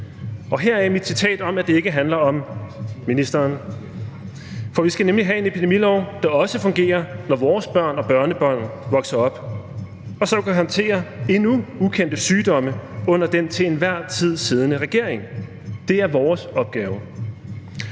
og heraf mit citat om, at det ikke handler om ministeren. For vi skal nemlig have en epidemilov, der også fungerer, når vores børn og børnebørn vokser op, og som kan håndtere endnu ukendte sygdomme under den til enhver tid siddende regering. Det er vores opgave.